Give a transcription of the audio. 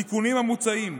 התיקונים המוצעים,